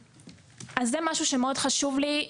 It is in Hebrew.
זה משהו שמאוד חשוב לי.